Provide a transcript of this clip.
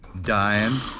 Dying